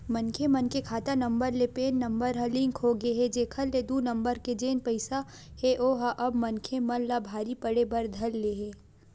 मनखे मन के खाता नंबर ले पेन नंबर ह लिंक होगे हे जेखर ले दू नंबर के जेन पइसा हे ओहा अब मनखे मन ला भारी पड़े बर धर ले हे